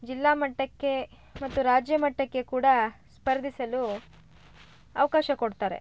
ಜಿಲ್ಲಾ ಮಟ್ಟಕ್ಕೆ ಮತ್ತು ರಾಜ್ಯ ಮಟ್ಟಕ್ಕೆ ಕೂಡಾ ಸ್ಪರ್ಧಿಸಲು ಅವಕಾಶ ಕೊಡ್ತಾರೆ